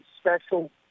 special